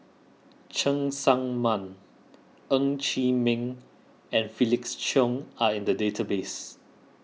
Cheng Tsang Man Ng Chee Meng and Felix Cheong are in the database